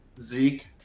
Zeke